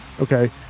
okay